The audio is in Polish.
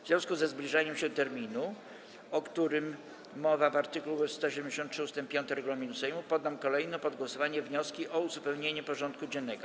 W związku ze zbliżaniem się terminu, o którym mowa w art. 173 ust. 5 regulaminu Sejmu, poddam kolejno pod głosowanie wnioski o uzupełnienie porządku dziennego.